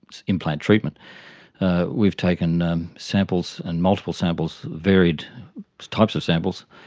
implant treatment we've taken um samples and multiple samples, varied types of samples